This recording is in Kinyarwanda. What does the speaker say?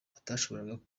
atashoboraga